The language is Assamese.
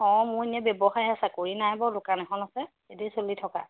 অঁ মোৰ এনে ব্যৱসায় চাকৰি নাই বাৰু দোকান এখন আছে সেই দি চলি থকা